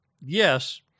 Yes